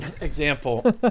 example